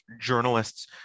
journalists